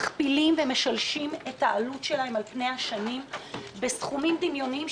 מכפילים ומשלשים את העלות שלהם על פני השנים בסכומים דמיוניים,